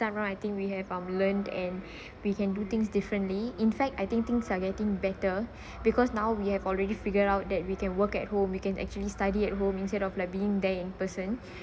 right now I think we have um learn and we can do things differently in fact I think things are getting better because now we have already figured out that we can work at home we can actually study at home instead of like being there in person